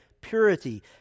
purity